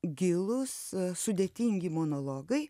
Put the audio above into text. gilūs sudėtingi monologai